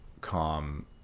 calm